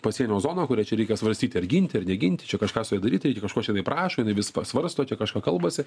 pasienio zona kurią čia reikia svarstyti ar ginti ar neginti čia kažką su ja daryt reikia kažko čia jinai prašo jinai vis pasvarsto čia kažką kalbasi